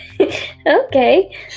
Okay